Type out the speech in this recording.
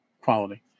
quality